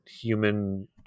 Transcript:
human